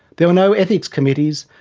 there were no ethics committees,